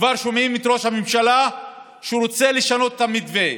כבר שומעים שראש הממשלה רוצה לשנות את המתווה,